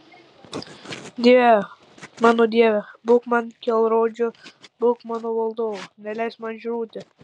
dieve mano dieve būk man kelrodžiu būk mano vadovu neleisk man žūti